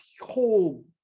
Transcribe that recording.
whole